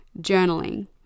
journaling